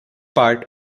part